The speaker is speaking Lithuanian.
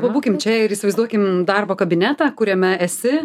pabūkim čia ir įsivaizduokim darbo kabinetą kuriame esi